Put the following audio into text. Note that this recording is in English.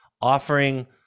offering